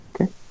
Okay